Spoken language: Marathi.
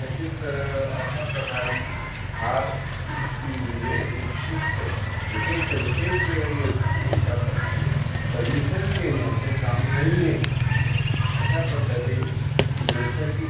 तसेच अशाप्रकारे फार म्हणजे उत्कृष्ट तेथे कोणतेच याचे येत्याप्रमाणे परमिशन घेण्याचे काम नाही आहे अशापद्धते नैसर्गिक